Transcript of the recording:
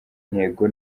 ntego